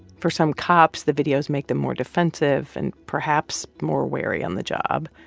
for some cops, the videos make them more defensive and perhaps more wary on the job.